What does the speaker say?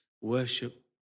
Worship